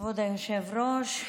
כבוד היושב-ראש,